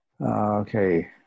Okay